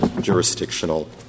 jurisdictional